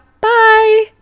Bye